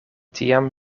tiam